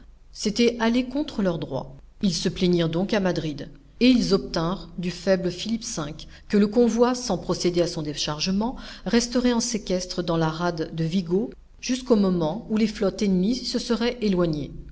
c'était aller contre leur droit ils se plaignirent donc à madrid et ils obtinrent du faible philippe v que le convoi sans procéder à son déchargement resterait en séquestre dans la rade de vigo jusqu'au moment où les flottes ennemies se seraient éloignées